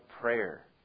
prayer